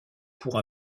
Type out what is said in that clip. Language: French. pour